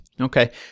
Okay